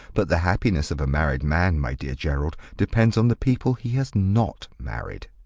but the happiness of a married man, my dear gerald, depends on the people he has not married.